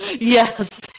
Yes